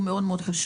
הוא מאוד חשוב.